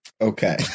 Okay